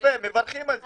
יפה, מברכים על זה.